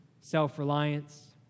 self-reliance